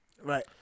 Right